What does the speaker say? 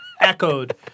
echoed